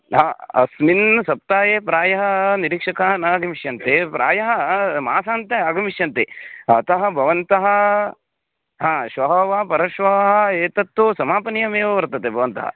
हा अस्मिन् सप्ताहे प्रायः निरीक्षकाः नागमिष्यन्ति प्रायः मासान्ते आगमिष्यन्ति अतः भवन्तः हा श्वः वा परश्वः वा एतत्तु समापनीयमेव वर्तते भवन्तः